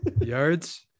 Yards